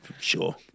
sure